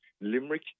Limerick